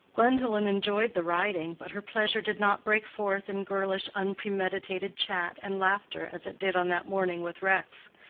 gwendolen enjoyed the riding, but her pleasure did not break forth in girlish unpremeditated chat and laughter as it did on that morning with rex.